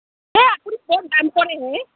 এ আপুনি বৰ দাম কৰে হে